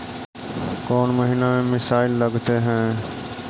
कौन महीना में मिसाइल लगते हैं?